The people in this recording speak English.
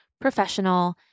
professional